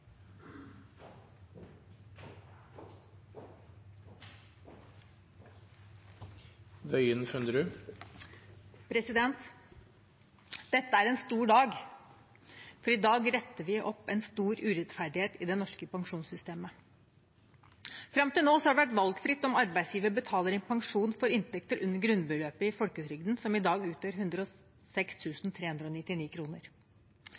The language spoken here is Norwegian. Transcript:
en stor dag, for i dag retter vi opp en stor urettferdighet i det norske pensjonssystemet. Fram til nå har det vært valgfritt om arbeidsgiver betaler inn pensjon for inntekter under grunnbeløpet i folketrygden, som i dag utgjør 106